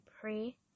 pray